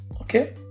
okay